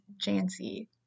Jancy